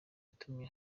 yatumye